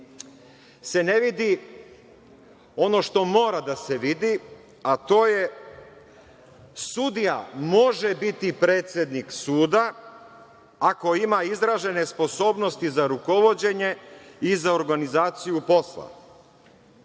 se ne vidi ono što mora da se vidi, a to je - sudija može biti predsednik suda, ako ima izražene sposobnosti za rukovođenje i za organizaciju posla.